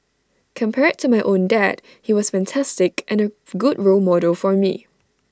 compared to my own dad he was fantastic and A good role model for me